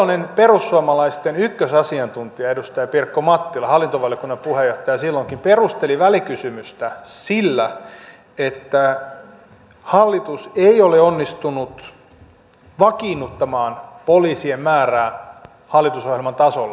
silloinen perussuomalaisten ykkösasiantuntija edustaja pirkko mattila hallintovaliokunnan puheenjohtaja silloinkin perusteli välikysymystä sillä että hallitus ei ole onnistunut vakiinnuttamaan poliisien määrää hallitusohjelman tasolle